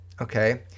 okay